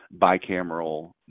bicameral